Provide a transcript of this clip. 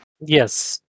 Yes